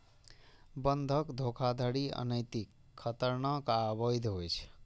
बंधक धोखाधड़ी अनैतिक, खतरनाक आ अवैध होइ छै